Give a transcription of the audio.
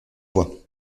voie